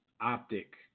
optic